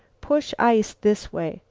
push ice this way,